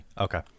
Okay